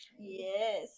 Yes